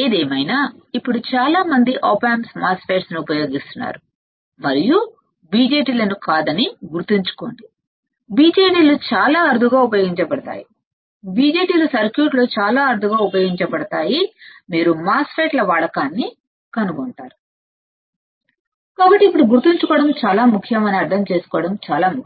ఏదేమైనా ఇప్పుడు చాలా మంది ఆప్ ఆంప్స్ ను మాస్ ఫెట్స్ ను ఉపయోగిస్తున్నారు మరియు బిజెటి లను కాదని గుర్తుంచుకోండి బిజెటి లు చాలా అరుదుగా ఉపయోగించబడతాయి బిజెటి లు సర్క్యూట్ లో చాలా అరుదుగా ఉపయోగించబడతాయి మీరు మాస్ ఫెట్ ల వాడకాన్ని కనుగొంటా కాబట్టి IC యొక్క ముఖ్యమైన బిల్డింగ్ బ్లాక్ ను ఇప్పుడు గుర్తుంచుకోవడం చాలా ముఖ్యం అర్థం చేసుకోవడం చాలా ముఖ్యం